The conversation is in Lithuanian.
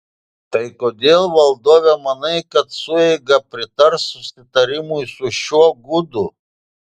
tai kodėl valdove manai kad sueiga pritars susitarimui su šiuo gudu